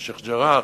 בשיח'-ג'ראח,